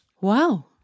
Wow